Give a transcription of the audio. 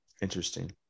Interesting